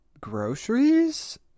groceries